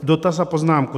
Dotaz a poznámku.